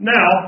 Now